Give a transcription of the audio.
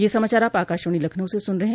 ब्रे क यह समाचार आप आकाशवाणी लखनऊ से सुन रहे हैं